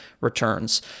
Returns